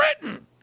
britain